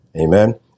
Amen